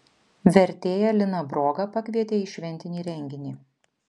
vertėją liną brogą pakvietė į šventinį renginį